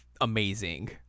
amazing